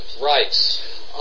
rights